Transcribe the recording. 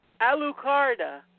Alucarda